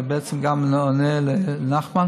זה בעצם גם עונה לנחמן,